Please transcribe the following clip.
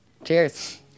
Cheers